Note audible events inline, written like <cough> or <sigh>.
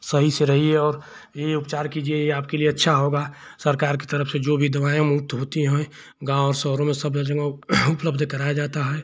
सही से रहिए और यह उपचार कीजिए यह आपके लिए अच्छा होगा सरकार की तरफ़ से जो भी दवाएँ मुफ़्त होती हैं गाँव और शहरों में <unintelligible> उपलब्ध कराया जाता है